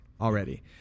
already